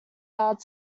loud